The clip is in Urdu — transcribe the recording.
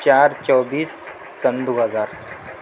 چار چوبیس سن دو ہزار